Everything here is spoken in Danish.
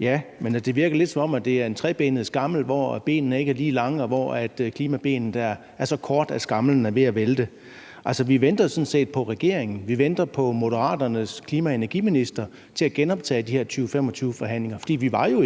Ja, men det virker jo lidt, som om det er en trebenet skammel, hvor benene ikke er lige lange, og hvor klimabenet er så kort, at skamlen er ved at vælte. Altså, vi venter jo sådan set på regeringen, vi venter på, at Moderaternes klima- og energiminister genoptager de her 2025-forhandlinger. For vi jo